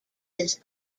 his